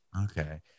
okay